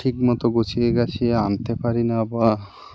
ঠিক মতো গুছিয়ে গাছিয়ে আনতে পারি না বা